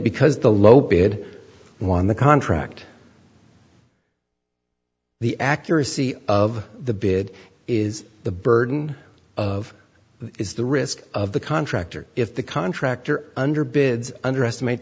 because the low bid won the contract the accuracy of the bid is the burden of is the risk of the contractor if the contractor underbids underestimate